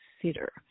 consider